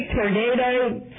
tornado